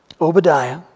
Obadiah